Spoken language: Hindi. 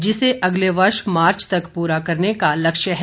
जिसे अगले वर्ष मार्च तक पूरा करने का लक्ष्य है